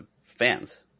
fans